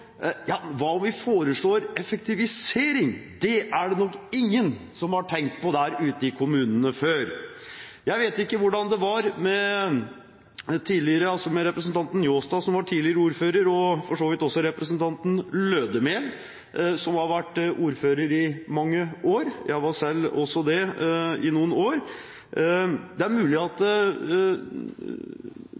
vi foreslår effektivisering? Det er det nok ingen som har tenkt på der ute i kommunene før. Jeg vet ikke hvordan det var med representanten Njåstad, som er tidligere ordfører, og for så vidt også representanten Lødemel, som har vært ordfører i mange år. Jeg var selv også det i noen år. Det er mulig at